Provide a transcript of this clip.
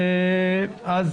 אז